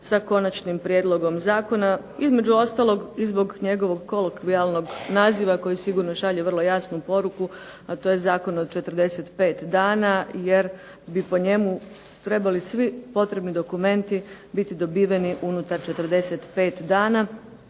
sa Konačnim prijedlogom zakona. Između ostalog i zbog njegovog kolokvijalnog naziva koji šalje vrlo jasnu poruku, a to je Zakon od 45 dana, jer bi po njemu svi bitni dokumenti trebali biti dobiveni unutar 45 dana,